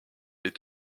les